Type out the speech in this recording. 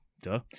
Duh